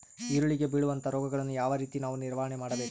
ಈರುಳ್ಳಿಗೆ ಬೇಳುವಂತಹ ರೋಗಗಳನ್ನು ಯಾವ ರೇತಿ ನಾವು ನಿವಾರಣೆ ಮಾಡಬೇಕ್ರಿ?